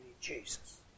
Jesus